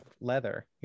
leather